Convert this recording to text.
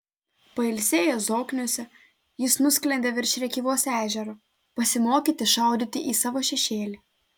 pailsėjęs zokniuose jis nusklendė virš rėkyvos ežero pasimokyti šaudyti į savo šešėlį